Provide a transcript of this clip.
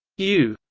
u